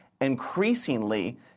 Increasingly